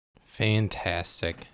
fantastic